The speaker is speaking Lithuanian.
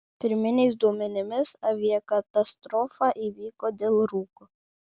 pirminiais duomenimis aviakatastrofa įvyko dėl rūko